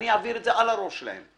אני אעביר את זה על הראש שלהם.